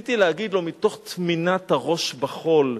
רציתי להגיד לו: מתוך טמינת הראש בחול.